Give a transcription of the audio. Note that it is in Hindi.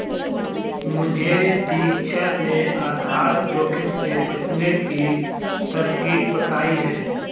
मुझे दीक्षा ने आधार जोखिम से बचने की तरकीब बताई है